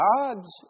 God's